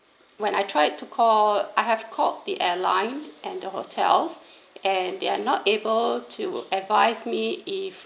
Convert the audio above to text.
when I tried to call I have called the airlines and the hotels and they're not able to advise me if